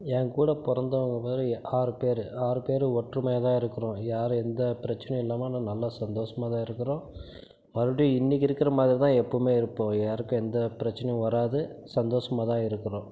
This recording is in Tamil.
என் கூட பிறந்தவர்கள் ஆறு பேர் ஆறு பேரும் ஒற்றுமையாக தான் இருக்கிறோம் யாரும் எந்த பிரச்சினையும் இல்லாமல் நல்லா சந்தோஷமாகதான் இருக்கிறோம் மறுபடியும் இன்றைக்கி இருக்கிற மாதிரிதான் எப்போதுமே இருப்போம் யாருக்கும் எந்த பிரச்சினையும் வராது சந்தோஷமாக தான் இருக்கிறோம்